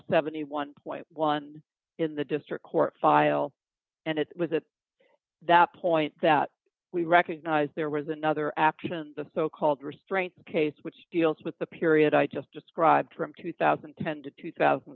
seventy one dollars in the district court file and it was at that point that we recognize there was another action the so called restraint case which deals with the period i just described from two thousand and ten to two thousand